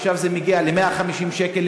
ועכשיו זה מגיע ל-150 שקל,